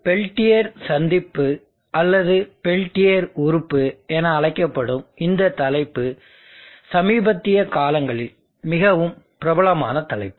Peltier சந்திப்பு அல்லது Peltier உறுப்பு என அழைக்கப்படும் இந்த தலைப்பு சமீபத்திய காலங்களில் மிகவும் பிரபலமான தலைப்பு